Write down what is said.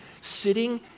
sitting